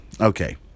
Okay